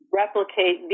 replicate